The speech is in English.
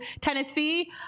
Tennessee